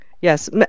Yes